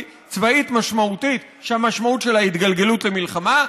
משמעותית שהמשמעות שלה היא התגלגלות למלחמה,